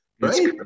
Right